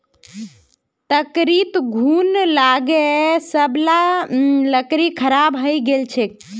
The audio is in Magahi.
लकड़ीत घुन लागे सब ला लकड़ी खराब हइ गेल छेक